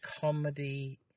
comedy